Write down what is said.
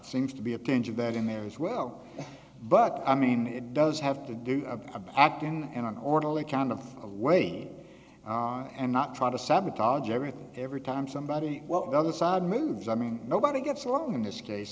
seems to be a pinch of that in there as well but i mean it does have to do act in an orderly kind of of wayne and not try to sabotage everything every time somebody well the other side moves i mean nobody gets wrong in this case